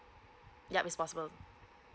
yup it's possible